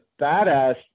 badass